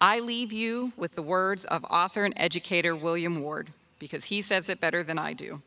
i leave you with the words of author an educator william ward because he says it better than i do